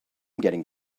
getting